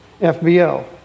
FBO